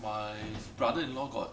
my brother-in-law got